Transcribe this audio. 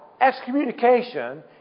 excommunication